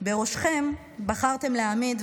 בראשכם בחרתם להעמיד,